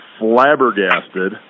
Flabbergasted